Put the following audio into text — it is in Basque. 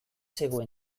zegoen